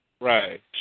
Right